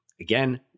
again